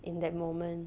in that moment